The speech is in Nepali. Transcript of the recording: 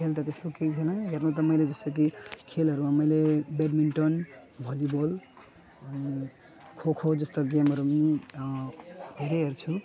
खेल त त्यस्तो केही छैन हेर्नु त मैले जस्तो कि खेलहरूमा मैले ब्याडमिन्टन भली बल अनि खो खो जस्तो गेमहरू नि धेरै हेर्छु